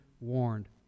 warned